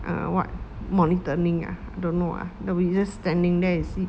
uh what monitoring ah don't know ah no he just standing there and see